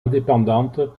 indépendantes